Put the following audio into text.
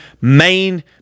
main